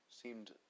seemed